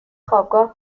خوابگاه